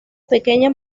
pequeña